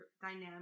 dynamic